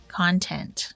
content